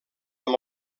amb